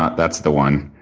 ah that's the one.